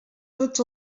tots